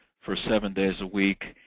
for seven days a week.